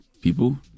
people